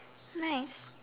nice